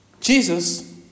Jesus